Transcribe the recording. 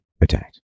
attacked